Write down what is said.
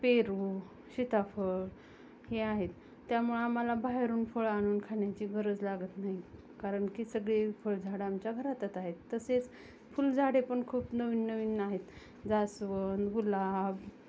पेरू सीताफळ हे आहेत त्यामुळं आम्हाला बाहेरून फळ आणून खाण्याची गरज लागत नाही कारण की सगळी फळझाडं आमच्या घरातच आहेत तसेच फुलझाडे पण खूप नवीन नवीन आहेत जास्वंद गुलाब